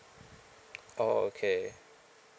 oh okay